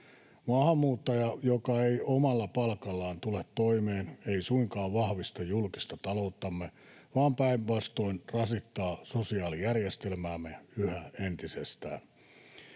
Maahanmuuttaja, joka ei omalla palkallaan tule toimeen, ei suinkaan vahvista julkista talouttamme, vaan päinvastoin rasittaa sosiaalijärjestelmäämme yhä entisestään.